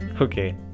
Okay